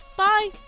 Bye